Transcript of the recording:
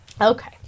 Okay